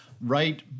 right